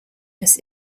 des